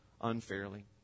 unfairly